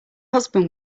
husband